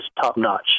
top-notch